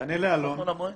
תענה לאלון.